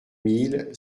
mille